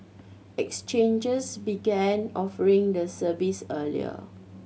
exchanges began offering the services earlier